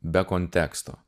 be konteksto